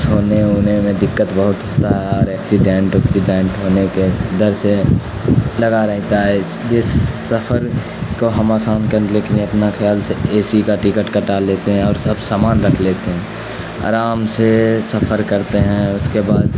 سونے اونے میں دقت بہت ہوتا ہے اور ایکسیڈینٹ ویکسیڈینٹ ہونے کے ڈر سے لگا رہتا ہے یہ سفر کو ہم آسان کر لیکن اپنا خیال سے اے سی کا ٹکٹ کٹا لیتے ہیں اور سب سامان رکھ لیتے ہیں آرام سے سفر کرتے ہیں اس کے بعد